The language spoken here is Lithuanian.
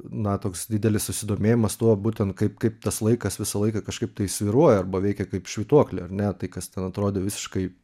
na toks didelis susidomėjimas tuo būtent kaip kaip tas laikas visą laiką kažkaip tai svyruoja arba veikia kaip švytuoklė ar ne tai kas ten atrodė visiškai